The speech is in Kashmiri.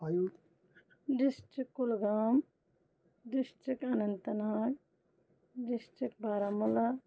district Kulgam district Anantnag district Baramulla